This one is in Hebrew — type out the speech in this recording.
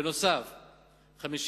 נוסף על כך,